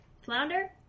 Flounder